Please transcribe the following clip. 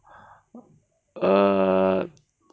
err